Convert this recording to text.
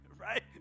Right